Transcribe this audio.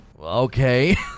okay